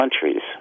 countries